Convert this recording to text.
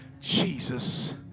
Jesus